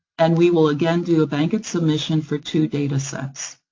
and we will again do a bankit submission for two data sets.